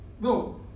No